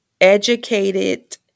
educated